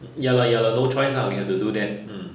ya lah ya lah no choice lah we have to do that